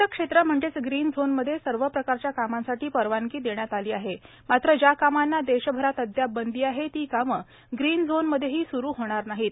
हरित क्षेत्र म्हणजेच ग्रीन झोनमध्ये सर्व प्रकारच्या कामांसाठी परवानगी देण्यात आली आहे मात्र ज्या कामांना देशभरात अद्याप बंदी आहे ती कामे ग्रीन झोनमध्येही स्रु होणार नाहीत